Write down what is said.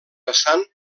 vessant